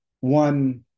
one